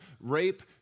rape